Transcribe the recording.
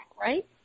right